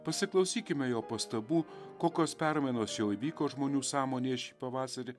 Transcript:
pasiklausykime jo pastabų kokios permainos jau įvyko žmonių sąmonėje šį pavasarį